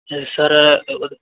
sir